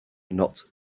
not